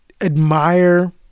admire